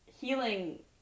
healing